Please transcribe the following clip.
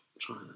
trying